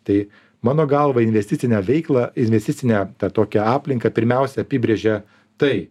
tai mano galva investicinę veiklą investicinę tą tokią aplinką pirmiausia apibrėžia tai